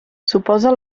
suposa